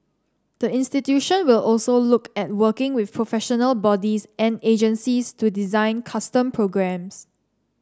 the institution will also look at working with professional bodies and agencies to design custom programmes